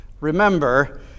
Remember